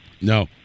No